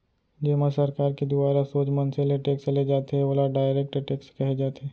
जेमा सरकार के दुवारा सोझ मनसे ले टेक्स ले जाथे ओला डायरेक्ट टेक्स कहे जाथे